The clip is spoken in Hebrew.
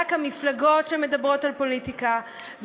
רק המפלגות שמדברות על פוליטיקה.